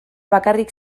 bakarrik